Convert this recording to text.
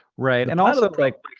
right, and also, like,